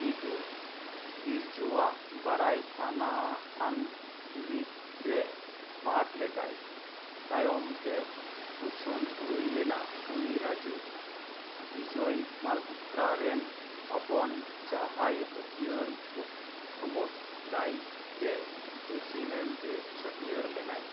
ᱵᱤᱵᱤ ᱵᱤᱨᱡᱩᱣᱟᱜ ᱵᱟᱰᱟᱭ ᱥᱟᱱᱟᱣᱟᱱ ᱪᱩᱨᱤᱛ ᱨᱮ ᱯᱟᱴᱷ ᱞᱮᱫᱟᱭ ᱛᱟᱭᱚᱢ ᱛᱮ ᱩᱪᱷᱟᱹᱱ ᱦᱩᱭᱞᱮᱱᱟ ᱩᱱᱤ ᱨᱟᱡᱩ ᱵᱤᱡᱚᱭ ᱢᱟᱞᱦᱳᱛᱨᱟ ᱨᱮᱱ ᱦᱚᱯᱚᱱ ᱡᱟᱦᱟᱸᱭ ᱦᱟᱹᱛᱭᱟᱹᱨ ᱠᱩᱢᱩᱴ ᱫᱟᱭᱛᱮ ᱫᱩᱥᱤ ᱢᱮᱱᱛᱮ ᱪᱷᱟᱹᱴᱭᱟᱹᱨ ᱞᱮᱱᱟᱭ